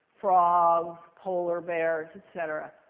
frogs, polar bears, et cetera.